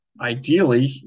Ideally